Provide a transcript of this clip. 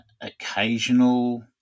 occasional